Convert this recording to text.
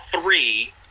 three